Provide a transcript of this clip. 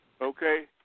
Okay